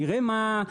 נראה מה,